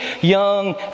young